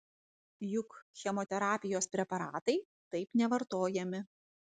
juk chemoterapijos preparatai taip nevartojami